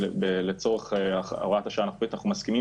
לצורך הוראת השעה אנחנו בטח מסכימים